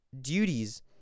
duties